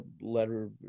letter